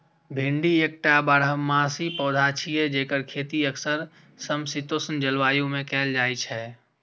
भिंडी एकटा बारहमासी पौधा छियै, जेकर खेती अक्सर समशीतोष्ण जलवायु मे कैल जाइ छै